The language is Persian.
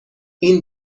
این